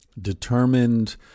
Determined